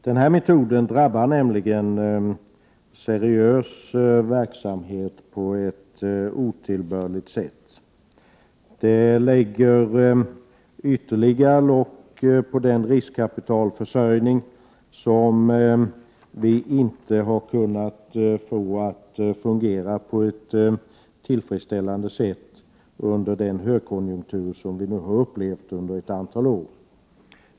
Denna metod drabbar nämligen seriös verksamhet på ett otillbörligt sätt. Den lägger ytterligare lock på riskkapitalförsörjningen, som vi inte har kunnat få att fungera på ett tillfredsställande sätt under den högkonjunktur som vi nu har upplevt under ett antal år.